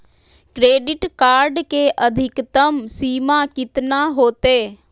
Credit card के अधिकतम सीमा कितना होते?